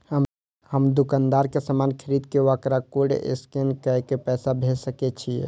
हम दुकानदार के समान खरीद के वकरा कोड स्कैन काय के पैसा भेज सके छिए?